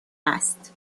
است